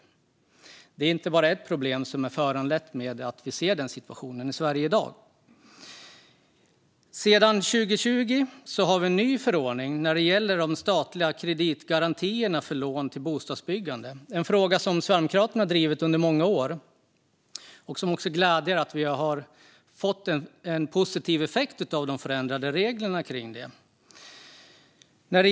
Det är inte bara ett problem i den situation vi ser i Sverige i dag. Sedan 2020 har vi en ny förordning när det gäller de statliga kreditgarantierna för lån till bostadsbyggande. Det är en fråga som Sverigedemokraterna har drivit under många år. Och det är glädjande att vi har fått en positiv effekt av de förändrade reglerna kring detta.